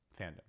fandom